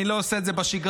אני לא עושה את זה בשגרה,